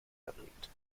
erregt